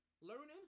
Learning